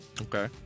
Okay